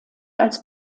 als